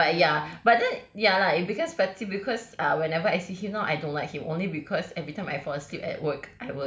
but ya but then ya lah it becomes petty because ah whenever I see him now I don't like him only because everytime I fall asleep at work